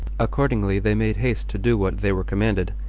accordingly they made haste to do what they were commanded,